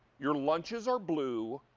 your lunches are blue.